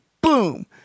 boom